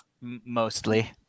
mostly